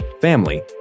family